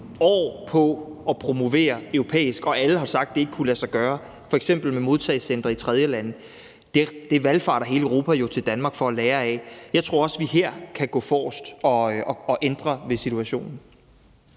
år på at promovere i Europa, hvor alle har sagt, at det ikke kunne lade sig gøre, f.eks. modtagecentre i tredjelande, valfarter hele Europa til Danmark for at lære af. Jeg tror også, at vi her kan gå forrest og ændre situationen.